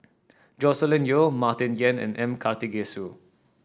Joscelin Yeo Martin Yan and M Karthigesu